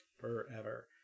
Forever